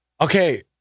Okay